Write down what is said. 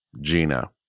Gina